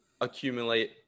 accumulate